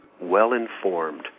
well-informed